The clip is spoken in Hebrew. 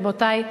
רבותי,